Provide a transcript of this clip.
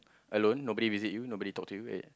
alone nobody visit you nobody talk to you ya ya